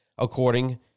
according